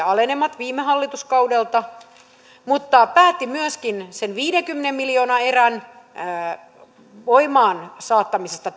alenemat viime hallituskaudelta ja päätti tällä hallituskaudella myöskin sen viidenkymmenen miljoonan erän voimaan saattamisesta